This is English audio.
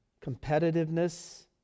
competitiveness